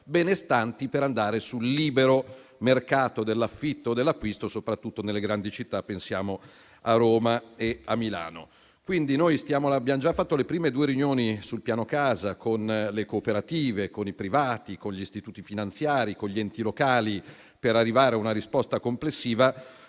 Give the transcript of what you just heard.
benestanti per andare sul libero mercato dell'affitto o dell'acquisto, soprattutto nelle grandi città (pensiamo a Roma e a Milano). Abbiamo già fatto le prime due riunioni sul piano casa con le cooperative, con i privati, con gli istituti finanziari, con gli enti locali per arrivare a una risposta complessiva.